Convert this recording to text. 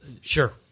Sure